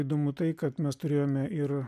įdomu tai kad mes turėjome ir